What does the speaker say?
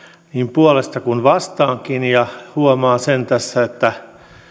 puolesta kuin vastaankin ja huomaan sen tässä että